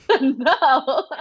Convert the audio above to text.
No